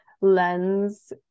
lens